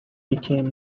became